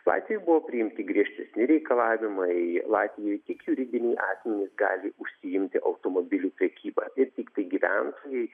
latvijoj buvo priimti griežtesni reikalavimai latvijoj tik juridiniai asmenys gali užsiimti automobilių prekyba ir tiktai gyventojai